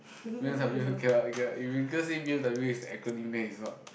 B_M_W cannot cannot if you go say B_M_W is an acronym then it's not